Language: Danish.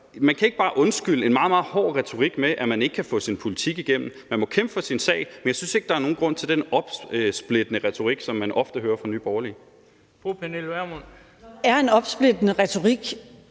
man kan ikke bare undskylde en meget, meget hård retorik med, at man ikke kan få sin politik igennem. Man må kæmpe for sin sag, men jeg synes ikke, der er nogen grund til den opsplittende retorik, som man ofte hører fra Nye Borgerliges side. Kl. 12:23 Den fg. formand